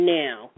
now